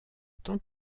tant